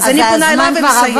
אז אני פונה אליו ומסיימת.